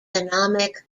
economic